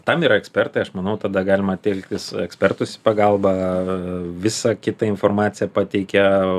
tam yra ekspertai aš manau tada galima telktis ekspertus pagalba visą kitą informaciją pateikia